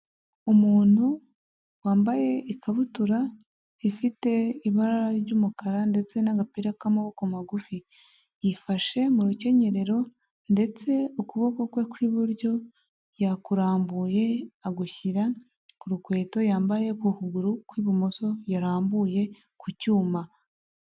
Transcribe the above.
Umuntu wambaye ikabutura ifite ibara ry'umukara ndetse n'agapira k'amaboko magufi, yifashe mu rukenyerero ndetse ukuboko kwe kw'iburyo yakurambuye agushyira ku rukweto yambaye uku ukuguru kw'ibumoso yarambuye ku cyuma.